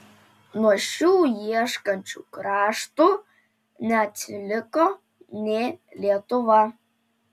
nuo šių ieškančių kraštų neatsiliko nė lietuva